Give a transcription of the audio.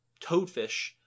toadfish